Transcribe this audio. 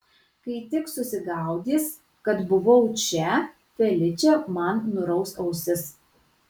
kai tik susigaudys kad buvau čia feličė man nuraus ausis